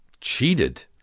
Cheated